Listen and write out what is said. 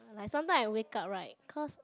like sometime I wake up right cause